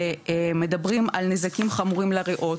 במחקרים שמדברים על נזקים חמורים לראות,